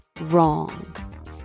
wrong